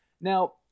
now